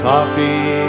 Coffee